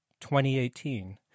2018